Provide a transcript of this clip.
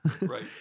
right